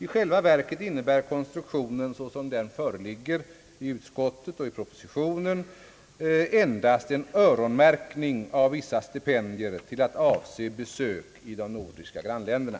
I själva verket innebär konstruktionen, sådan den föreligger i utlåtandet och i propositionen, endast en öronmärkning av vissa stipendier till att avse besök i de nordiska grannländerna.